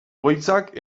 egoitzak